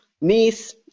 niece